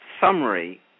summary